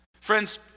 Friends